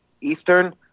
eastern